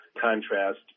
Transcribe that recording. contrast